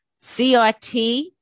CRT